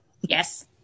Yes